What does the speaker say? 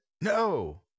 No